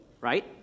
right